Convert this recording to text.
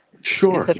Sure